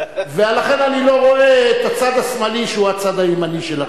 ולכן אני לא רואה את הצד השמאלי שהוא הצד הימני שלכם.